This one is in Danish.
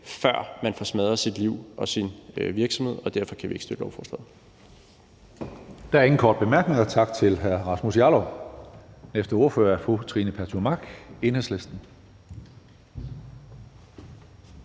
før man får smadret sit liv og sin virksomhed. Derfor kan vi ikke støtte lovforslaget. Kl. 14:42 Tredje næstformand (Karsten Hønge): Der er ingen korte bemærkninger. Tak til hr. Rasmus Jarlov. Næste ordfører er fru Trine Pertou Mach, Enhedslisten.